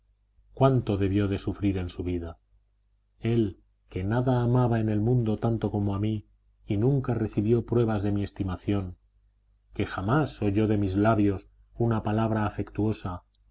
cuánto debió de sufrir en su vida él que nada amaba en el mundo tanto como a mí y nunca recibió pruebas de mi estimación que jamás oyó de mis labios una palabra afectuosa